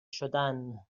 شدن